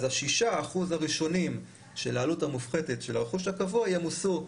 אז ה-6% הראשונים של העלות המופחתת של הרכוש הקבוע ימוסו.